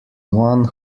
one